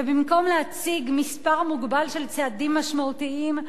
ובמקום להציג מספר מוגבל של צעדים משמעותיים,